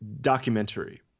documentary